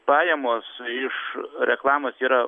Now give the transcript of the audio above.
pajamos iš reklamos yra